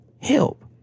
help